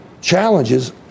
challenges